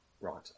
Right